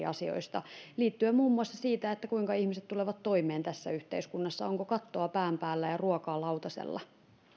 asioista liittyen muun muassa siihen kuinka ihmiset tulevat toimeen tässä yhteiskunnassa onko kattoa pään päällä ja ruokaa lautasella nyt